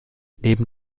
neben